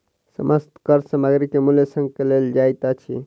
समस्त कर सामग्री के मूल्य संग लेल जाइत अछि